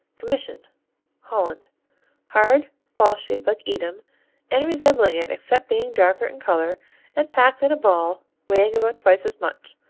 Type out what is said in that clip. commission holland hard ball-shaped like edam and resembling it except being darker in color and packed in a ball weighing about twice as much,